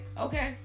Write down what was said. okay